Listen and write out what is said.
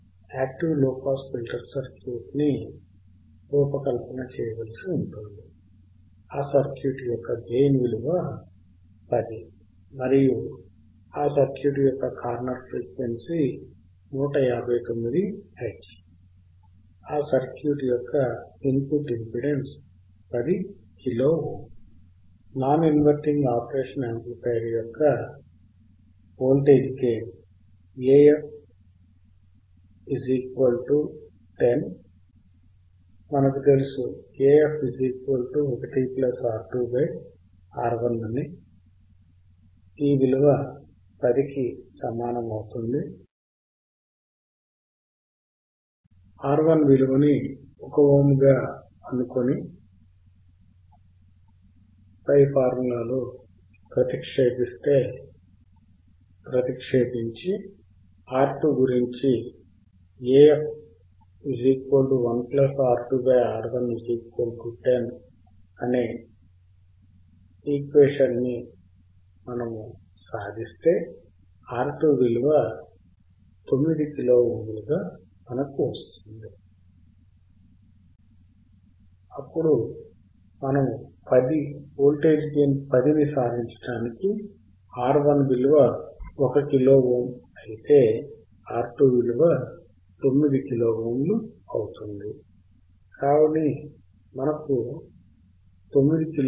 DC gain 1 R2R1 అంటే నేను ఈ సర్క్యూట్ను R 10 kilo ohm C 100 farad R1 1 kilo ohm R2 9 kilo ohm విలువలతో రూపకల్పన చేయగలను